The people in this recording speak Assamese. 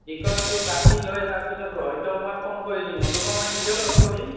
টিকটটো কাটি লৈ তাৰপিছত হয়তো মই ফোন কৰি দিম নতুবা মই নিজেও লগ কৰিম